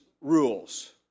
rules